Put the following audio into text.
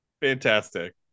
Fantastic